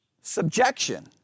subjection